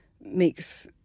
makes